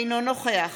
אינו נוכח